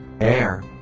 Air